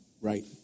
right